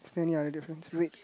standing I different trip